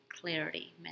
clarity